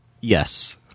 yes